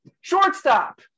Shortstop